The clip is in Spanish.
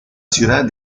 ciudad